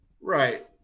Right